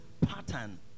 pattern